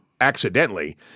accidentally